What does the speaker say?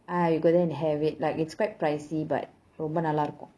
ah you go there and have it like it's quite pricey but ரொம்ப நல்லாருக்கும்:romba nallaarukkum